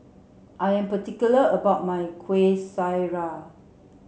I am particular about my Kueh Syara